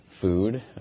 food